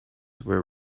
were